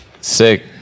sick